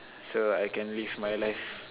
so I can live my life